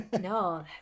No